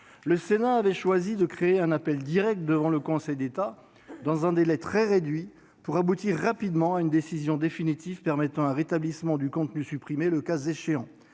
le Sénat avait choisi de créer un appel direct devant le Conseil d'État, dans un délai très réduit, pour aboutir rapidement à une décision définitive permettant le cas échéant un rétablissement du contenu supprimé. Cette